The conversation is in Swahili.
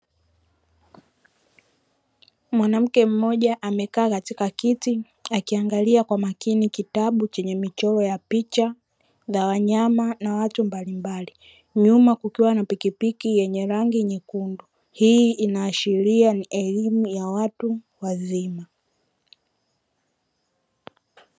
Mwanamke mmoja amekaa katika kiti akiaangalia kwa makini kitabu chenye michoro ya picha za wanyama na watu mbalimbali, nyuma kukiwa na pikipiki yenye rangi nyekundu, hii ikiwa inaashiria ni elimu ya watu wazima.